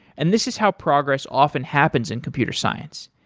and this is how progress often happens in computer science.